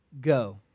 go